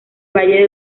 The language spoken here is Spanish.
valle